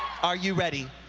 are you ready?